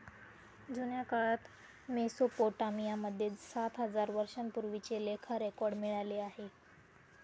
जुन्या काळात मेसोपोटामिया मध्ये सात हजार वर्षांपूर्वीचे लेखा रेकॉर्ड मिळाले आहे